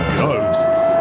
ghosts